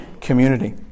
community